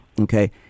Okay